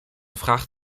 fragt